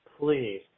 Please